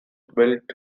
built